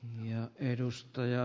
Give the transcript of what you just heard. arvoisa puhemies